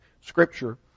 Scripture